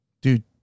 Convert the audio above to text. Dude